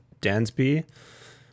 Dansby